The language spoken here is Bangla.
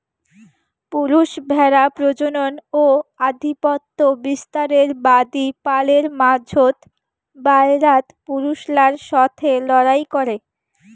পুরুষ ভ্যাড়া প্রজনন ও আধিপত্য বিস্তারের বাদী পালের মাঝোত, বায়রাত পুরুষলার সথে লড়াই করে